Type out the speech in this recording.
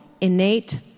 innate